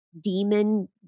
demon